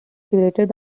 curated